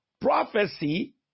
prophecy